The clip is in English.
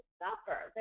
suffer